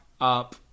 up